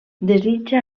desitja